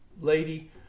lady